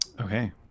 okay